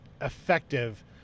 effective